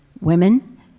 women